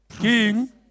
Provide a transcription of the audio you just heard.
king